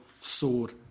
sword